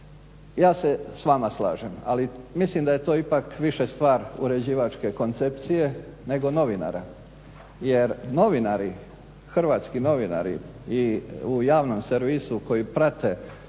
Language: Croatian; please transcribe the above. Ja se s vama slažem, ali mislim da je to ipak više stvar uređivačke koncepcije nego novinara. Jer novinari, hrvatski novinari i u javnom servisu koji prate